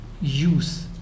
use